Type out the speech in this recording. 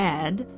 add